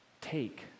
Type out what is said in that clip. take